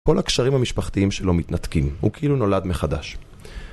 כל הקשרים המשפחתיים שלו מתנתקים, הוא כאילו נולד מחדש.